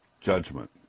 judgment